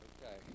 Okay